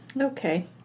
Okay